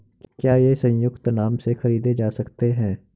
क्या ये संयुक्त नाम से खरीदे जा सकते हैं?